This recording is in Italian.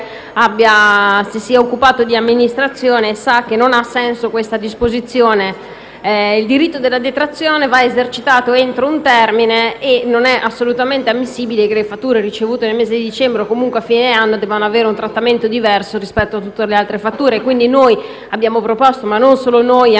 si sia occupato di amministrazione sa che una disposizione di questo genere non ha senso. Il diritto alla detrazione va esercitato entro un termine e non è assolutamente ammissibile che le fatture ricevute nel mese di dicembre o comunque a fine anno debbano avere un trattamento diverso rispetto a tutte le altre. Quindi, noi abbiamo proposto - ma non siamo i soli, anche